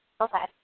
Okay